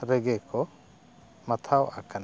ᱛᱚᱵᱮ ᱜᱮᱠᱚ ᱢᱟᱛᱷᱟᱣ ᱟᱠᱟᱱᱟ